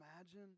imagine